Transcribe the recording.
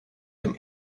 dem